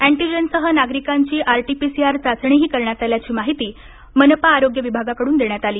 अँटीजेनसह नागरिकांची आरटीपीसीआर चाचणीही करण्यात आल्याची माहिती मनपा आरोग्य विभागाकडून देण्यात आली